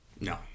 No